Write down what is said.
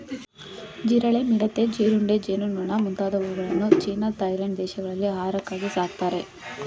ಜಿರಳೆ, ಮಿಡತೆ, ಜೀರುಂಡೆ, ಜೇನುನೊಣ ಮುಂತಾದವುಗಳನ್ನು ಚೀನಾ ಥಾಯ್ಲೆಂಡ್ ದೇಶಗಳಲ್ಲಿ ಆಹಾರಕ್ಕಾಗಿ ಸಾಕ್ತರೆ